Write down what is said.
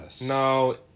No